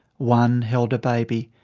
one held a baby.